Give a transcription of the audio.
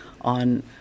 on